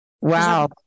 Wow